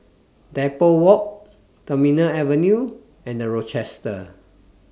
Depot Walk Terminal Avenue and The Rochester